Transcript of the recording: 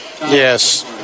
Yes